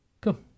Cool